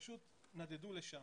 פשוט נדדו לשם.